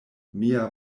mia